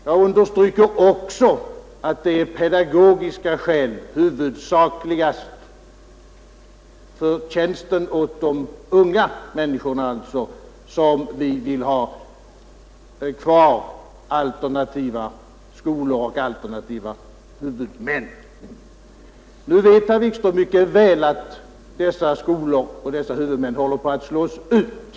Jag understryker också att det huvudsakligast är av pedagogiska skäl, för tjänsten åt de unga människorna alltså, som vi vill ha kvar alternativa skolor och alternativa huvudmän. Herr Wikström vet mycket väl, att dessa skolor och deras huvudmän håller på att slås ut.